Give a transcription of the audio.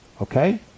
Okay